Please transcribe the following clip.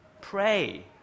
pray